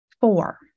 Four